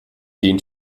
den